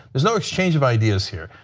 there's no exchange of ideas here.